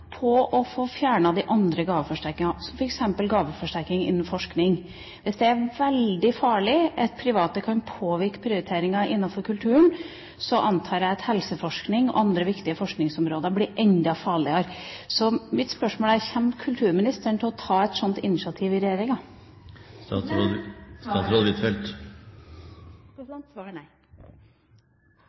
få fjernet de andre gaveforsterkningene, som f.eks. gaveforsterkning innen forskning. Hvis det er veldig farlig at private påvirker prioriteringer innenfor kulturen, antar jeg at påvirkning på forskningsområdet helse og andre viktige forskningsområder vil bli enda farligere. Mitt spørsmål er: Vil kulturministeren ta et sånt initiativ i regjeringa?